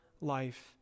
life